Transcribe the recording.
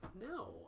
No